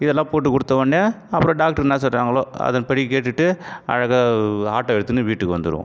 இதெல்லாம் போட்டுக் கொடுத்தவொன்னே அப்புறம் டாக்ட்ரு என்ன சொல்கிறாங்களோ அதன் படி கேட்டுவிட்டு அழகாக ஆட்டோ எடுத்துனு வீட்டுக்கு வந்துடுவோம்